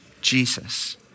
Jesus